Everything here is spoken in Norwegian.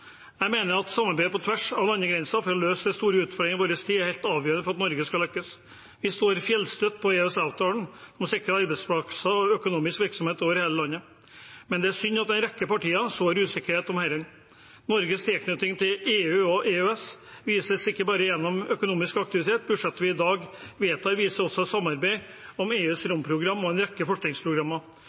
Jeg mener at samarbeid på tvers av landegrenser for å løse de store utfordringene i vår tid er helt avgjørende for at Norge skal lykkes. Vi står fjellstøtt på EØS-avtalen, som sikrer arbeidsplasser og økonomisk virksomhet over hele landet, men det er synd at en rekke partier sår usikkerhet om dette. Norges tilknytning til EU og EØS vises ikke bare gjennom økonomisk aktivitet. Budsjettet vi i dag vedtar, viser også et samarbeid om EUs rammeprogram og en rekke forskningsprogrammer.